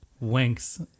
winks